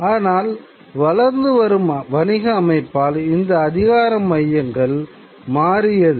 ஆனால் வளர்ந்து வரும் வணிக அமைப்பால் இந்த அதிகாரம் மையங்கள் மாறியது